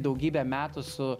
daugybė metų su